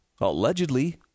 allegedly